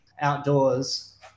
outdoors